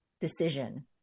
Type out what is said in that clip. decision